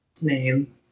name